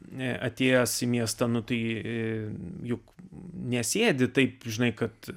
ne atėjęs į miestą nu tai e juk nesėdi taip žinai kad